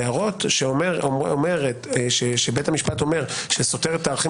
והערות שאומרות שבית המשפט אומר שסותר את הערכים